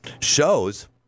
shows